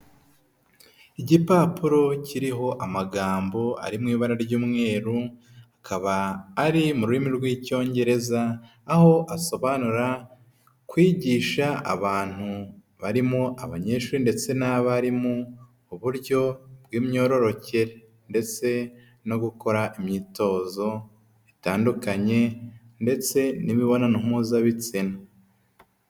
Igipapuro kiriho amagambo ari mu ibara ry'umweru akaba ari mu rurimi rw'icyongereza aho asobanura kwigisha abantu barimo abanyeshuri ndetse n'abarimu uburyo bw'imyororokere ndetse no gukora imyitozo itandukanye ndetse n'imibonano mpuzabitsina.